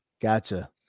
Gotcha